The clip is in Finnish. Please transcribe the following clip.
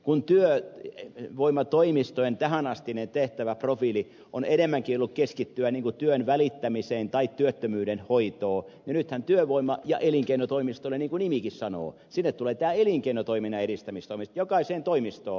kun työvoimatoimistojen tähänastinen tehtäväprofiili on enemmänkin ollut keskittyä työn välittämiseen tai työttömyyden hoitoon niin nythän työvoima ja elinkeinotoimistoille niin kuin nimikin sanoo tulee tämä elinkeinotoiminnan edistämistoimi jokaiseen toimistoon